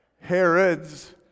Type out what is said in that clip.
Herod's